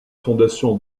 fondation